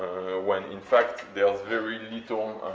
when, in fact, there's very little,